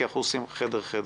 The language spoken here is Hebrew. כי הדיון נערך בשני חדרים.